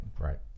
Right